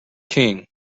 king